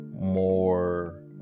more